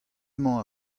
emañ